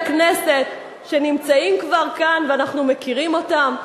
כנסת שנמצאים כבר כאן ואנחנו מכירים אותם.